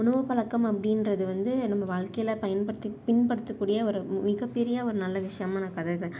உணவு பழக்கம் அப்டின்றது வந்து நம்ம வாழ்க்கையில் பயன்படுத்தி பின்படுத்தக்கூடிய ஒரு மிகப்பெரிய ஒரு நல்ல விஷயமாக நான் கருதுகிறேன்